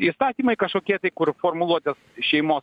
įstatymai kažkokie tai kur formuluotės šeimos